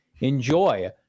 Enjoy